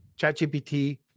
ChatGPT